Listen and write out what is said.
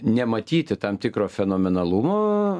nematyti tam tikro fenomenalumo